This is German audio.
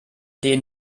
den